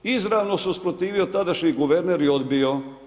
Izravno se usprotivio tadašnji guverner i odbio.